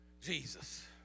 Jesus